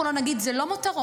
אנחנו לא נגיד שזה לא מותרות,